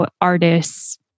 artists